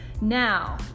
Now